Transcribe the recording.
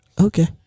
Okay